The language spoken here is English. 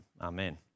Amen